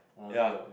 ya